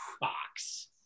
box